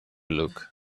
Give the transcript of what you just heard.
look